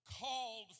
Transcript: called